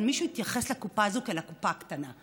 אבל מישהו התייחס אל הקופה הזאת כאל קופה קטנה.